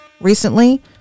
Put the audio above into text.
recently